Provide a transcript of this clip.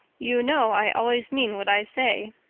you know i always mean what i say.